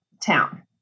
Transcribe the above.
town